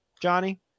Johnny